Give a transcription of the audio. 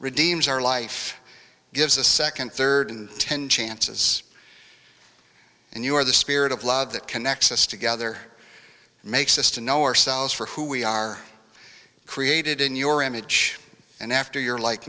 redeems our life gives a second third ten chances and you are the spirit of love that connects us together makes us to know ourselves for who we are created in your image and after your like